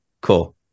cool